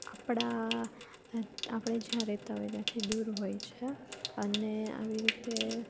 આપણા આપણે જ્યાં રહેતા હોય ત્યાંથી દૂર હોય છે અને આવી રીતે